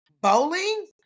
bowling